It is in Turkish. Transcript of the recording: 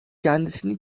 kendisini